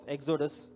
Exodus